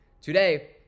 Today